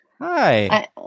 Hi